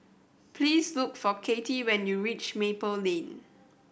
please look for Kittie when you reach Maple Lane